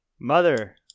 Mother